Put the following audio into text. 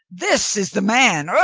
this is the man. ugh!